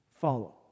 Follow